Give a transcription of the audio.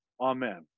Amen